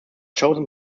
chosen